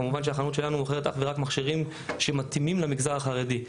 כמובן שהחנות שלנו מוכרת אך ורק מכשירים שמתאימים למגזר החרדי.